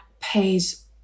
pays